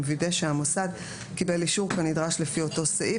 וידא שהמוסד קיבל אישור כנדרש לפי אותו סעיף.